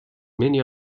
many